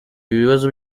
bibazo